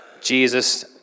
Jesus